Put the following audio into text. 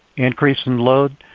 increase in load,